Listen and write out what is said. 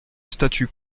statu